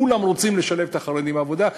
שכולם רוצים לשלב את החרדים בעבודה,